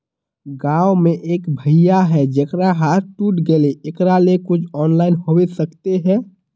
गाँव में एक भैया है जेकरा हाथ टूट गले एकरा ले कुछ ऑनलाइन होबे सकते है?